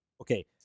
Okay